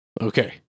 Okay